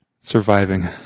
Surviving